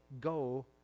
go